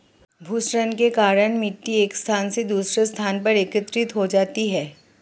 भूक्षरण के कारण मिटटी एक स्थान से दूसरे स्थान पर एकत्रित हो जाती है